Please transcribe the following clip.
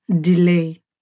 delay